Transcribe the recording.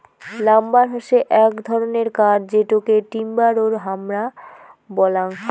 lumber হসে এক ধরণের কাঠ যেটোকে টিম্বার ও হামরা বলাঙ্গ